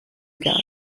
gar